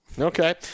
Okay